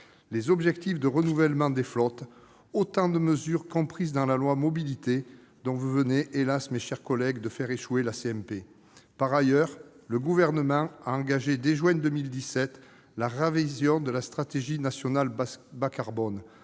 les objectifs de renouvellement des flottes, autant de mesures comprises dans le projet de loi Mobilités, dont vous venez, hélas, mes chers collègues, de faire échouer la commission mixte paritaire. Par ailleurs, le Gouvernement a engagé, dès juin 2017, la révision de la stratégie nationale bas-carbone,